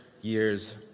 years